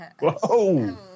Whoa